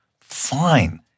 Fine